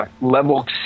Level